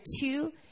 two